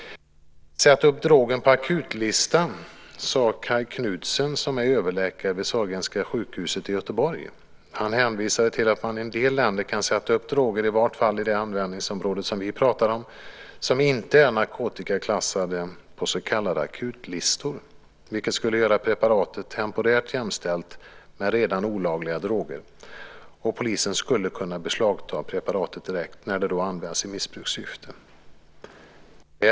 Sätt upp drogen på akutlistan, sade Kaj Knutsson, som är överläkare vid Sahlgrenska sjukhuset i Göteborg. Han hänvisade till att man i en del länder kan sätta upp droger, i vart fall inom det användningsområde som vi pratar om, som inte är narkotikaklassade på så kallade akutlistor. Det skulle göra preparatet temporärt jämställt med redan olagliga droger. Polisen skulle kunna beslagta preparatet direkt när det används i missbrukssyfte.